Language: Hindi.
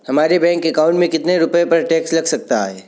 हमारे बैंक अकाउंट में कितने रुपये पर टैक्स लग सकता है?